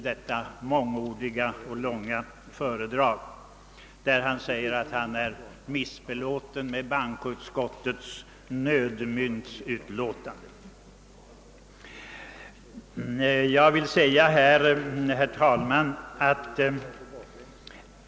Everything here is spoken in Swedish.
Han har sagt att han är missbelåten med bankoutskottets nödmyntsutlåtande. Herr talman!